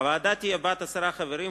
הוועדה תהיה בת עשרה חברים,